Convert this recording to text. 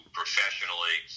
professionally